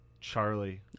Charlie